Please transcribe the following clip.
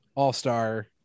all-star